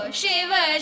Shiva